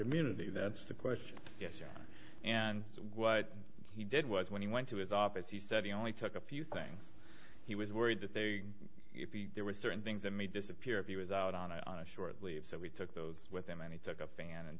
immunity that's the question yes yes and what he did was when he went to his office he said he only took a few things he was worried that they there were certain things that may disappear if he was out on a short leave so we took those with him and he took a fan and